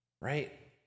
right